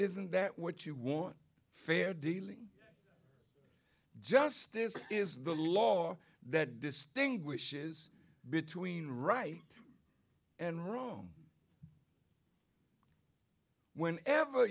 isn't that what you want fair dealing justice is the law that distinguishes between right and wrong when ever